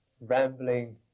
rambling